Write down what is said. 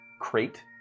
crate